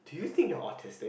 do you think you're autistic